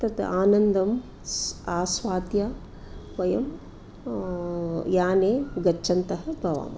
तद् आनन्दं स् आस्वाद्य वयं याने गच्छन्तः भवामः